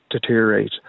deteriorate